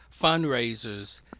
fundraisers